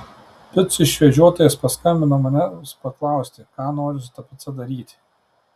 picų išvežiotojas paskambino manęs paklausti ką noriu su ta pica daryti